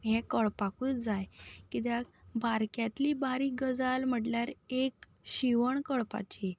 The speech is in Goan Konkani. हें कळपाकूच जाय कित्याक बारक्यांतली बारीक गजाल म्हटल्यार एक शिंवण कळपाची